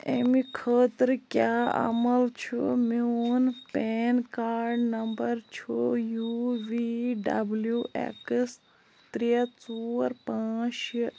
اَمہِ خٲطرٕ کیٛاہ عمل چھُ میٛون پین کارڈ نمبر چھُ یوٗ وِی ڈبلِیٛو ایٚکٕس ترٛےٚ ژور پانٛژھ شےٚ